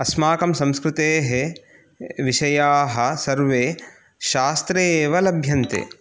अस्माकं संस्कृतेः विषयाः सर्वे शास्त्रे एव लभ्यन्ते